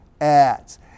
ads